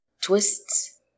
twists